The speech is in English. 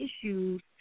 issues